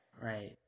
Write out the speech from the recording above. right